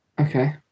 Okay